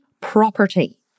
property